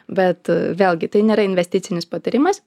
bet vėlgi tai nėra investicinis patarimas